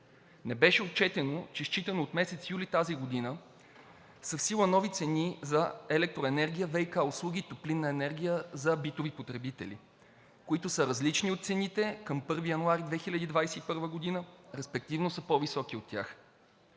Не беше отчетено, че считано от месец юли 2021 г. са в сила нови цени за електроенергия, ВиК услуги, топлинна енергия за битови потребители, които са различни от цените към 1 януари 2021 г., респективно са по-високи от тях.